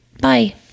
Bye